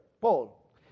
Paul